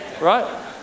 right